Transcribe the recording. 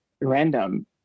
random